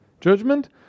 Judgment